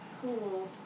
Cool